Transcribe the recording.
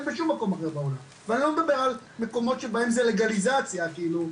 בשום מקום אחר בעולם ואני לא מדבר על מקומות שבהם זה לגליזציה כאילו,